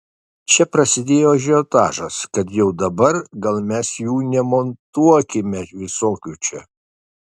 čia prasidėjo ažiotažas kad jau dabar gal mes jų nemontuokime visokių čia